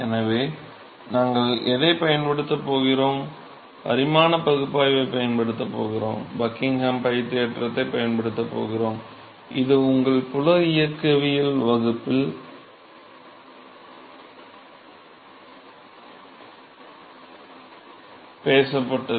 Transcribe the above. எனவே நாங்கள் எதைப் பயன்படுத்தப் போகிறோம் பரிமாண பகுப்பாய்வைப் பயன்படுத்தப் போகிறோம் பக்கிங்ஹாம் 𝞹 தேற்றத்தைப் பயன்படுத்தப் போகிறோம் இது உங்கள் திரவ இயக்கவியல் வகுப்பில் பேசப்பட்டது